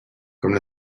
comme